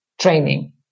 training